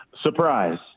Surprise